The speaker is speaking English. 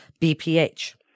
BPH